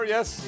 Yes